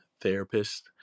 therapist